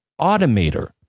automator